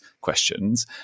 questions